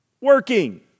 working